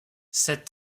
cette